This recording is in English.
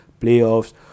playoffs